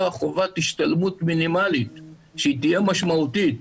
חובת השתלמות מינימלית שתהיה משמעותית,